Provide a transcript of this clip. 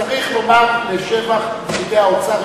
צריך לומר לשבח פקידי האוצר,